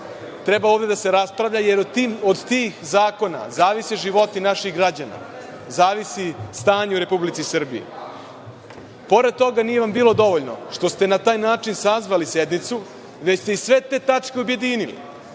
treba ovde da se raspravlja, jer od tih zakona zavise životi naših građana, zavisi stanje u Republici Srbiji. Pored toga, nije vam bilo dovoljno što ste na taj način sazvali sednicu, već ste i sve te tačke objedinili.